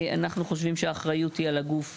אנחנו חושבים שהאחריות היא על הגוף